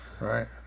Right